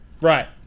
Right